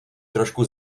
trošku